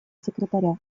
секретаря